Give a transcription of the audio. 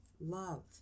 love